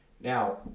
Now